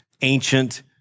ancient